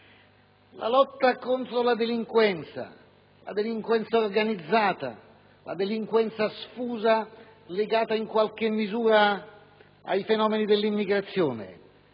La lotta contro la delinquenza, la delinquenza organizzata, la delinquenza sfusa, legata in qualche misura ai fenomeni dell'immigrazione,